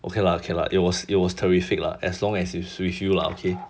okay lah okay lah it was it was terrific lah as long as it's with you lah okay